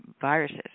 viruses